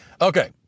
Okay